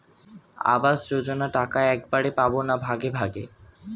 আবাস যোজনা টাকা একবারে পাব না ভাগে ভাগে?